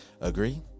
agree